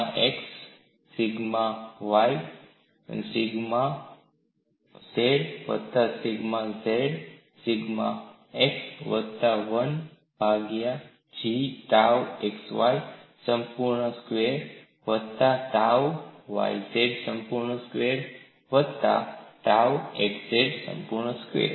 y વત્તા sigma y sigma z વત્તા sigma z sigma x વત્તા 1 ભાગ્યા G ટાઉ xy સંપૂર્ણ સ્ક્વેર વત્તા ટાઉ yz સંપૂર્ણ સ્ક્વેર્ વત્તા ટાઉ xz સંપૂર્ણ સ્ક્વેર્